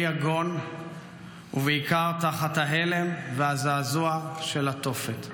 יגון ובעיקר תחת ההלם והזעזוע של התופת.